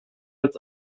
als